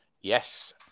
Yes